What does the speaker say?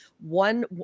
one